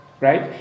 right